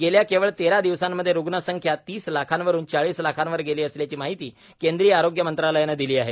गेल्या केवळ तेरा दिवसांमधे रुग्ण संख्या तीस लाखांवरून चाळीस लाखांवर गेली असल्याची माहिती केंद्रीय आरोग्य मंत्रालयानं दिली आहे